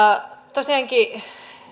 tosiaankin